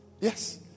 yes